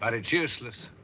and it's useless.